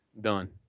Done